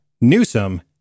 Newsom